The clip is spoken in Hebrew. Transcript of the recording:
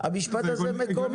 המשפט הזה מקומם.